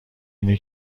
اینه